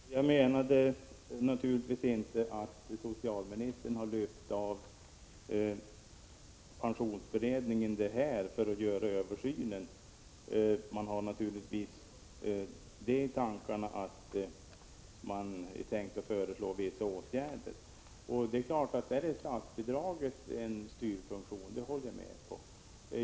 Herr talman! Jag menade naturligtvis inte att socialministern har lyft av pensionsberedningen det här för att göra översynen. Naturligtvis har man tänkt föreslå vissa åtgärder. Jag håller med om att statsbidraget har en styrfunktion i detta sammanhang.